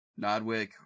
Nodwick